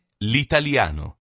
l'italiano